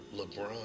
LeBron